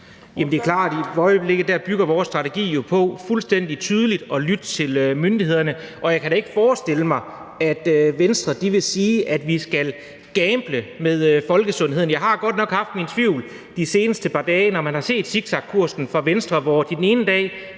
det er klart, at for øjeblikket bygger vores strategi jo på fuldstændig tydeligt at lytte til myndighederne, og jeg kan da ikke forestille mig, at Venstre vil sige, at vi skal gamble med folkesundheden. Jeg har godt nok haft mine tvivl i de sidste par dage, når man har set zigzagkursen fra Venstres side, hvor de den ene dag